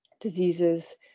diseases